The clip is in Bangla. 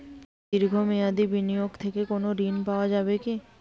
দীর্ঘ মেয়াদি বিনিয়োগ থেকে কোনো ঋন পাওয়া যাবে কী?